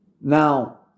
Now